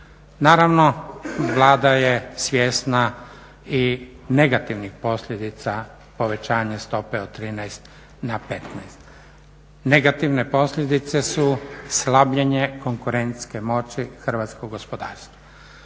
Naravno, Vlada je svjesna i negativnih posljedica povećanja stope od 13 na 15. Negativne posljedice su slabljenje konkurentske moći hrvatskog gospodarstva.